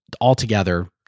altogether